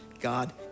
God